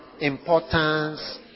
importance